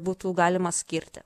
būtų galima skirti